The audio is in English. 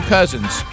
Cousins